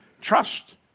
trust